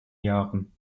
jahren